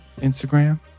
Instagram